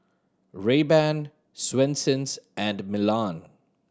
Rayban Swensens and Milan